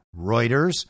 Reuters